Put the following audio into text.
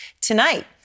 tonight